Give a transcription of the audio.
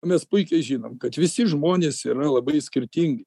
mes puikiai žinome kad visi žmonės yra labai skirtingi